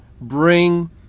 bring